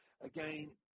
again